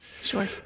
Sure